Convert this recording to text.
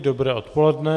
Dobré odpoledne.